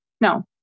No